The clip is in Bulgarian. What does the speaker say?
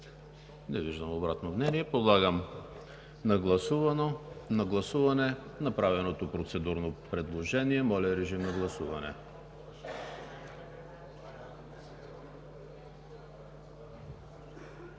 Не виждам обратно мнение. Подлагам на гласуване направеното процедурно предложение. Гласували